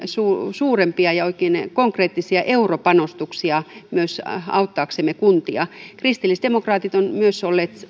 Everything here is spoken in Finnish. suurempia ja oikein konkreettisia europanostuksia auttaaksemme kuntia kristillisdemokraatit ovat myös olleet